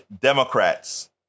Democrats